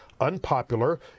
unpopular